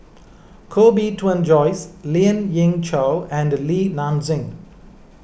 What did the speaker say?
Koh Bee Tuan Joyce Lien Ying Chow and Li Nanxing